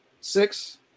six